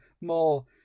more